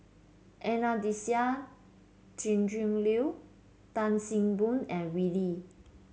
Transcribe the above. Anastasia Tjendri Liew Tan See Boo and Wee Lin